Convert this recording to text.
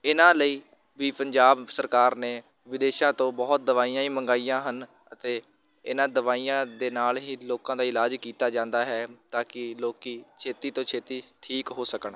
ਇਹਨਾਂ ਲਈ ਵੀ ਪੰਜਾਬ ਸਰਕਾਰ ਨੇ ਵਿਦੇਸ਼ਾਂ ਤੋਂ ਬਹੁਤ ਦਵਾਈਆਂ ਮੰਗਵਾਈਆਂ ਹਨ ਅਤੇ ਇਹਨਾਂ ਦਵਾਈਆਂ ਦੇ ਨਾਲ ਹੀ ਲੋਕਾਂ ਦਾ ਇਲਾਜ ਕੀਤਾ ਜਾਂਦਾ ਹੈ ਤਾਂ ਕਿ ਲੋਕ ਛੇਤੀ ਤੋਂ ਛੇਤੀ ਠੀਕ ਹੋ ਸਕਣ